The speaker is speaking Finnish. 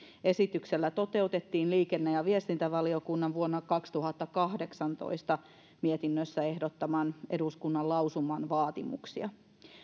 esityksellä toteutettiin liikenne ja viestintävaliokunnan vuonna kaksituhattakahdeksantoista mietinnössään ehdottaman eduskunnan lausuman vaatimuksia